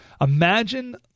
Imagine